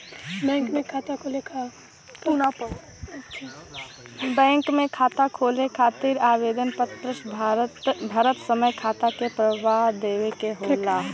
bank में खाता खोले खातिर आवेदन पत्र भरत समय खाता क प्रकार देवे के होला